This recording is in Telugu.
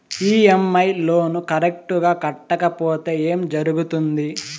ఇ.ఎమ్.ఐ లోను కరెక్టు గా కట్టకపోతే ఏం జరుగుతుంది